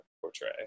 portray